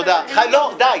לכן הסעיף הזה --- לא, די.